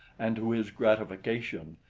and, to his gratification,